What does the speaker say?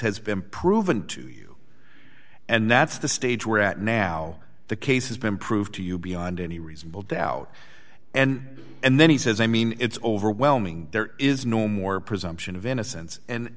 has been proven to you and that's the stage we're at now the case has been proved to you beyond any reasonable doubt and and then he says i mean it's overwhelming there is no more a presumption of innocence and